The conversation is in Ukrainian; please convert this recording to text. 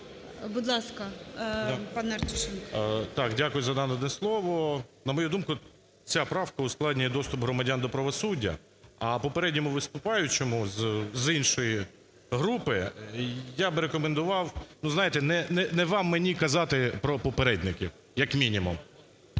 Будь ласка, пане Артюшенко. 11:57:55 АРТЮШЕНКО І.А. Дякую за надане слово. На мою думку, ця правка ускладнює доступ громадян до правосуддя. А попередньому виступаючому з іншої групи я би рекомендував, знаєте, не вам мені казати про попередників, як мінімум.